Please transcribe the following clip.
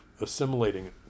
assimilating